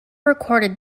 recorded